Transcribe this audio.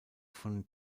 von